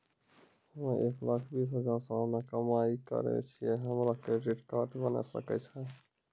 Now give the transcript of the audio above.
हम्मय एक लाख बीस हजार सलाना कमाई करे छियै, हमरो क्रेडिट कार्ड बने सकय छै?